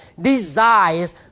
desires